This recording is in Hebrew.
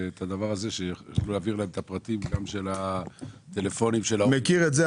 בכך שיוכלו להעביר להם גם את פרטי הטלפונים --- אני מכיר את זה,